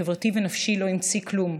החברתי והנפשי לא המציא כלום.